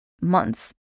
months